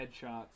headshots